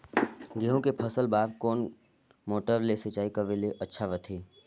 गहूं के फसल बार कोन मोटर ले सिंचाई करे ले अच्छा रथे?